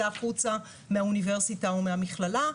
צא החוצה מהאוניברסיטה או מהמכללה.